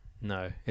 No